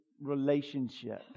relationship